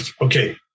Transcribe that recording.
okay